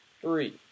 three